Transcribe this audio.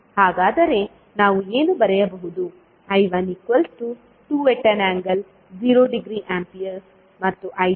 ಹಾಗಾದರೆ ನಾವು ಏನು ಬರೆಯಬಹುದು